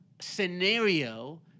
scenario